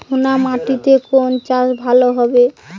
নোনা মাটিতে কোন চাষ ভালো হবে?